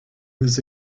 was